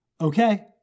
Okay